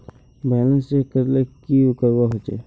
Balance check करले की करवा होचे?